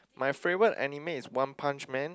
my favourite anime is one punch man